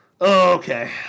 Okay